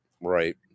right